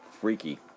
freaky